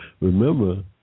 remember